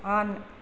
on